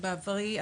בעברי,